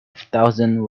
thousand